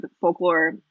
folklore